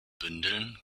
bündeln